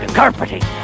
carpeting